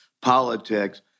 politics